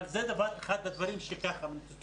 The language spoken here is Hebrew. אבל זה אחד הדברים ש --- כן,